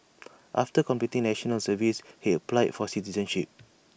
after completing National Service he applied for citizenship